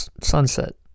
sunset